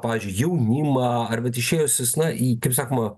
pavyzdžiui jaunimą ar vat išėjusius na į kaip sakoma